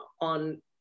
on